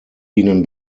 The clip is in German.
ihnen